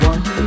One